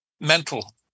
mental